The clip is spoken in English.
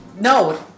no